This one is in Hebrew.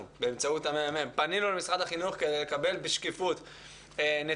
באמצעות הממ"מ פנינו למשרד החינוך כדי לקבל בשקיפות נתונים,